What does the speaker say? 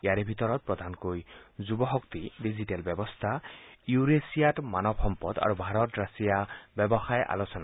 ইয়াৰে ভিতৰত প্ৰধানকৈ যুৱশক্তি ডিজিটেল ব্যৱস্থা ইউৰেছিয়াত মানৱ সম্পদ আৰু ভাৰত ৰাছিয়া ব্যৱসায় আলোচনা